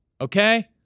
Okay